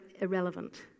irrelevant